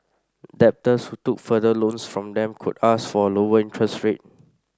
debtors who took further loans from them could ask for a lower interest rate